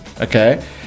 okay